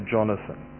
Jonathan